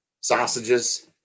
sausages